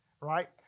right